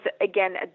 again